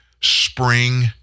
spring